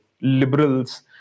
liberals